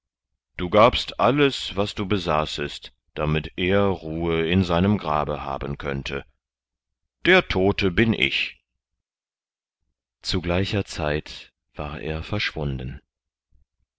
du gabst alles was du besaßest damit er ruhe in seinem grabe haben könnte der tote bin ich zu gleicher zeit war er verschwunden